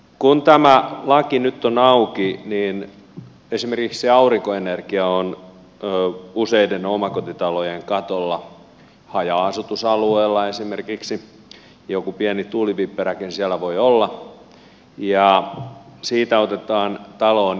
kun tämä laki nyt on auki niin esimerkiksi aurinkoenergiaa on useiden omakotitalojen katolla haja asutusalueella esimerkiksi joku pieni tuulivipperäkin siellä voi olla ja siitä otetaan taloon energiaa